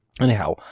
Anyhow